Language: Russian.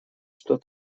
что